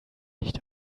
nicht